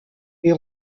est